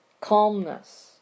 calmness